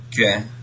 Okay